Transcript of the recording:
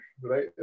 right